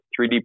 3d